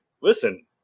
Listen